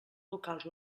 locals